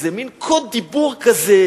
איזה מין קוד דיבור כזה,